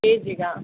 ಕೇ ಜಿಗಾ